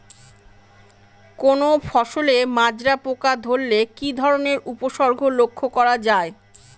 কোনো ফসলে মাজরা পোকা ধরলে কি ধরণের উপসর্গ লক্ষ্য করা যায়?